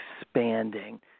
expanding